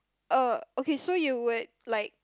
uh okay so you would like